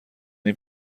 این